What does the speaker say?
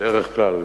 בדרך כלל.